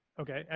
Okay